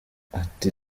ati